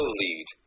lead